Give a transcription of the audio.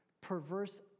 perverse